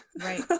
right